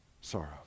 Sorrow